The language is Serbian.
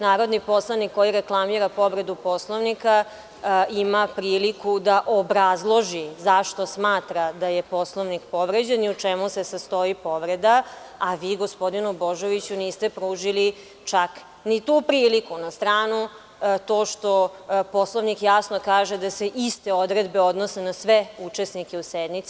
Narodni poslanik koji reklamira povredu Poslovnika, ima priliku da obrazloži zašto smatra da je Poslovnik povređen i u čemu se sastoji povreda, a vi gospodinu Božoviću, niste pružili čak ni tu priliku, na stranu to što Poslovnik jasno kaže da se iste odredbe odnose na sve učesnike u sednici.